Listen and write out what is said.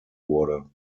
wurde